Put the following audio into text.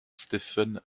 stephen